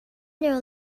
know